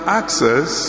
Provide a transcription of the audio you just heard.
access